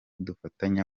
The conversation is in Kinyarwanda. dufatanya